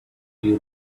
feel